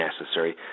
necessary